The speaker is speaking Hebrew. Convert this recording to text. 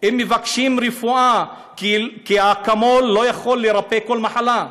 הם מבקשים רפואה, כי אקמול לא יכול לרפא כל מחלה.